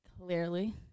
clearly